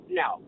no